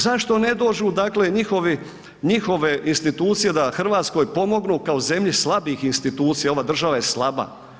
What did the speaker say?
Zašto ne dođu dakle njihovi, njihove institucije da Hrvatskoj pomognu kao zemlji slabih institucija, ova država je slaba.